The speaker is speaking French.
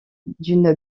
d’une